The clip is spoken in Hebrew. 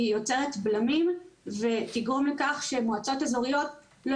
היא יוצרת בלמים ותגרום לכך שמועצות אזוריות לא